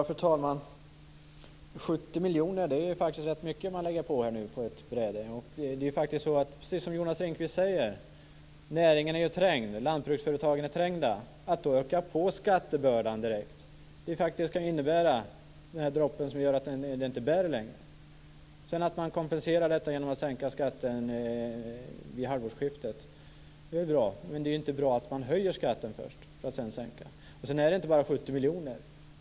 Fru talman! 70 miljoner är faktiskt rätt mycket att lägga på nu på ett bräde. Det är faktiskt precis som Jonas Ringqvist säger: Näringen är ju trängd. Lantbruksföretagen är trängda. Att då direkt öka på skattebördan kan faktiskt innebära den droppe som gör att det inte bär längre. Sedan är det ju bra att man kompenserar detta genom att sänka skatten vid halvårsskiftet, men det är inte bra att man först höjer skatten för att sedan sänka. Det handlar inte heller bara om 70 miljoner.